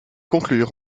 conclure